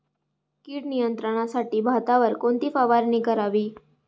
कीड नियंत्रणासाठी भातावर कोणती फवारणी करावी?